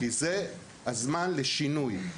זה הזמן לשינוי,